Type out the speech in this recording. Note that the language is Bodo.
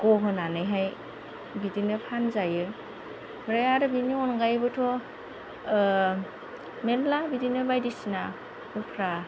ग'होनानैहाय बिदिनो फानजायो ओमफ्राय आरो बेनि अनगायैबोथ' मेरला बिदिनो बायदिसिना उफ्रा